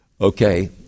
Okay